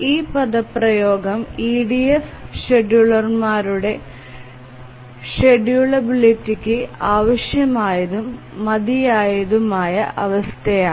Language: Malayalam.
ഈ പദപ്രയോഗം EDF ഷെഡ്യൂളർമാരുടെ ഷെഡ്യൂളിബിളിറ്റിക്ക് ആവശ്യമായതും മതിയായതുമായ അവസ്ഥയാണ്